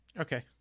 Okay